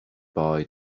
bye